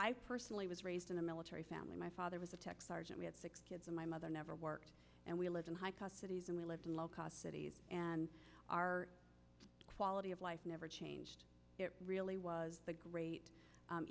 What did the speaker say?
i personally was raised in a military family my father was a tech sergeant we had six kids and my mother never worked and we lived in high cost cities and we lived in low cost cities and our quality of life never changed it really was the great